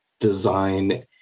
design